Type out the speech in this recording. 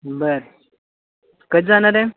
बरं कधी जाणार आहे